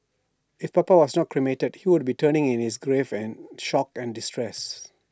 if papa was not cremated he would be turning in his grave and shock and distress